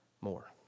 more